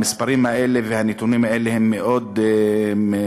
חושב שהמספרים האלה והנתונים האלה הם מאוד חמורים,